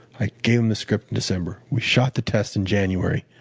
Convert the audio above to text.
i gave him the script in december. we shot the test in january.